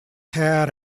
hat